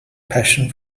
passion